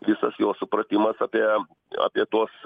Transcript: visas jo supratimas apie apie tuos